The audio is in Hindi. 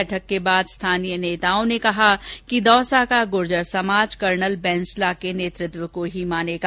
बैठक के बाद स्थानीय नेताओं ने कहा कि दौसा का गुर्जर समाज कर्नल बैंसला के नेतृत्व को ही मानेगा